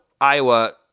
Iowa